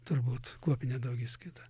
turbūt kuopinę daugiskaitą